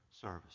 service